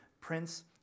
Prince